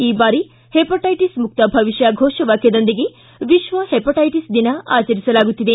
ಈ ಬಾರಿ ಹೆಪಟ್ಟೆಟಿಸ್ ಮುಕ್ತ ಭವಿಷ್ಠ ಘೋಷ ವಾಕ್ಯದೊಂದಿದೆ ವಿಶ್ವ ಹೆಪಟೈಟಿಸ್ ದಿನ ಆಚರಿಸಲಾಗುತ್ತಿದೆ